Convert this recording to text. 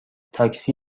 تاکسی